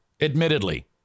admittedly